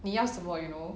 你要什么 you know